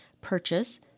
purchase